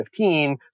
2015